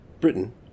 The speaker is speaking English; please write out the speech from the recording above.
Britain